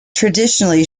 traditionally